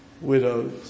widows